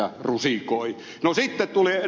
no sitten tuli ed